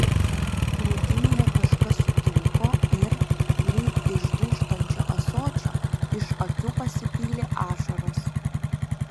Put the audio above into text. krūtinėje kažkas sutrūko ir lyg iš dūžtančio ąsočio iš akių pasipylė ašaros